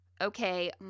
Okay